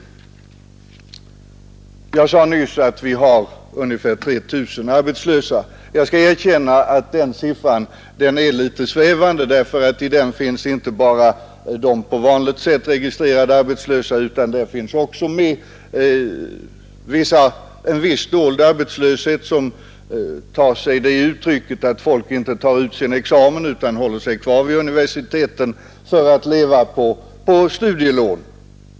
Jag sade nyss att vi har ungefär 3 000 arbetslösa akademiker. Jag skall erkänna att den siffran är litet svävande, ty i den finns inte bara de på vanligt sätt registrerade arbetslösa, utan där finns också med en viss dold arbetslöshet som tar sig det uttrycket att folk inte tar ut sin examen utan håller sig kvar vid universiteten för att leva på studielån.